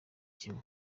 kimwe